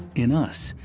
in us,